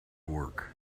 work